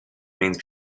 means